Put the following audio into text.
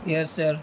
yes sir